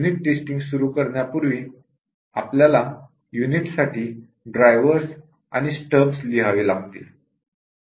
unit testing सुरू करण्यापूर्वी आपल्याला युनिटसाठी ड्रायव्हर्स आणि स्टब्स लिहावे लागतील